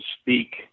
speak